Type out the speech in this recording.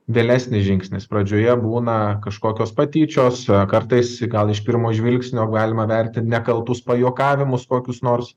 vėlesnis žingsnis pradžioje būna kažkokios patyčios kartais gal iš pirmo žvilgsnio galima vertint nekaltus pajuokavimus kokius nors